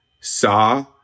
saw